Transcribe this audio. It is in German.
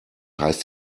heißt